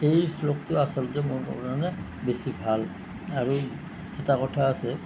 এই শ্লোকটো আচলতে মোৰ বেছি ভাল আৰু এটা কথা আছে